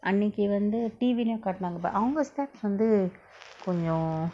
அன்னைக்கி வந்து:annaiki vanthu T_V lah யு காட்னாங்க:yu kaatnanga but அவங்க:avanga steps வந்து கொஞ்சோ:vanthu konjo